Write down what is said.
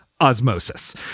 osmosis